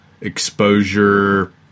exposure